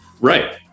Right